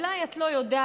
אולי את לא יודעת,